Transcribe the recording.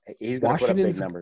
Washington's